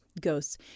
ghosts